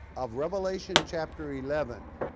of revelation chapter eleven,